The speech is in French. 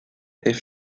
est